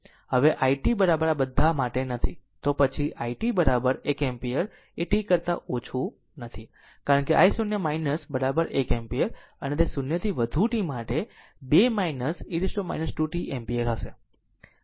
હવે જો i t બધા બધાં માટે નથી તો પછી i t એક એમ્પીયર t કરતા ઓછું નથી કારણ કે i0 1 એમ્પીયર અને તે 0 થી વધુ t માટે 2 e t 2 t એમ્પીયર હશે